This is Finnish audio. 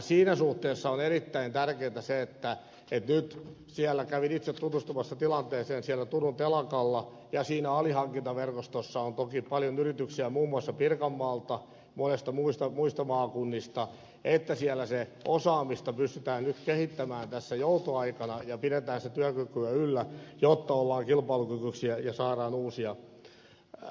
siinä suhteessa on erittäin tärkeätä se että kävin itse tutustumassa tilanteeseen siellä turun telakalla siinä alihankintaverkostossa on toki paljon yrityksiä muun muassa pirkanmaalta monista muista maakunnista että siellä sitä osaamista pystytään nyt kehittämään tässä joutoaikana ja pidetään työkykyä yllä jotta ollaan kilpailukykyisiä ja saadaan uusia tilauksia